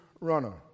runner